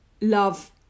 love